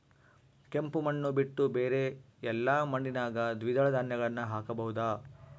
ಕೆಂಪು ಮಣ್ಣು ಬಿಟ್ಟು ಬೇರೆ ಎಲ್ಲಾ ಮಣ್ಣಿನಾಗ ದ್ವಿದಳ ಧಾನ್ಯಗಳನ್ನ ಹಾಕಬಹುದಾ?